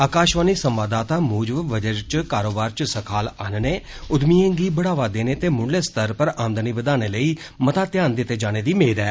आकाशवाणी संवाददाता मूजब बजट च कारोबार च सखाल आनने उदयमीयें गी बढ़ावा देने ते मुंडले स्तर पर आमदनी बदाने लेई मता ध्यान दिते जाने दी मेद ऐ